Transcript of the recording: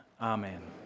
Amen